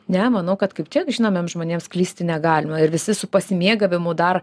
ne manau kad kaip tik žinomiems žmonėms klysti negalima ir visi su pasimėgavimu dar